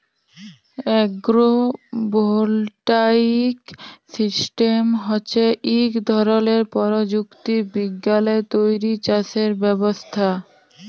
agro voltaic system হছে ইক ধরলের পরযুক্তি বিজ্ঞালে তৈরি চাষের ব্যবস্থা